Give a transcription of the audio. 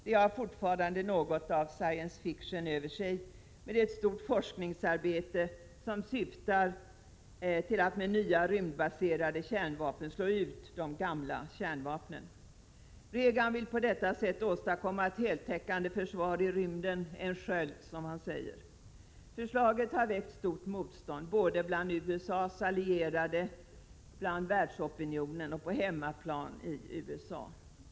Det har fortfarande något av science fiction över sig, men det är ett stort forskningsarbete, som syftar till att med nya, rymdbaserade kärnvapen slå ut de gamla kärnvapnen. Reagan vill på detta sätt åstadkomma ett heltäckande försvar i rymden — en sköld, som han säger. Förslaget har väckt stort motstånd såväl i världsopinionen som bland USA:s allierade och på hemmaplan i USA.